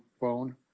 phone